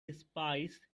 spice